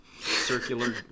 circular